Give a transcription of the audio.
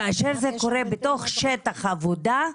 כאשר זה קורה בתוך שטח עבודה,